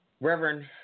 Reverend